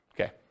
Okay